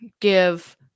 give